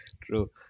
True